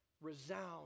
resound